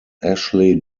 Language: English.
ashley